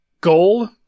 goal